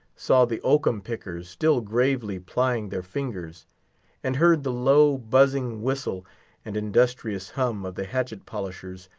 saw the oakum-pickers still gravely plying their fingers and heard the low, buzzing whistle and industrious hum of the hatchet-polishers,